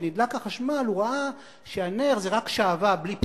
כשנדלק החשמל הוא ראה שהנר זה רק שעווה, בלי פתיל.